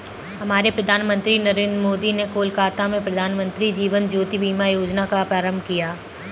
हमारे प्रधानमंत्री नरेंद्र मोदी ने कोलकाता में प्रधानमंत्री जीवन ज्योति बीमा योजना का प्रारंभ किया